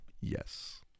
Yes